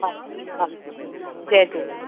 हा हा जय झूलेलाल